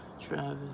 travis